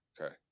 Okay